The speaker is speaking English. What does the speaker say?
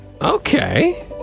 Okay